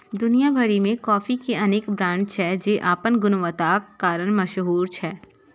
दुनिया भरि मे कॉफी के अनेक ब्रांड छै, जे अपन गुणवत्ताक कारण मशहूर छै